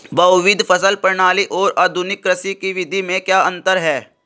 बहुविध फसल प्रणाली और आधुनिक कृषि की विधि में क्या अंतर है?